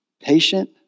Patient